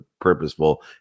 purposeful